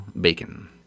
bacon